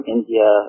India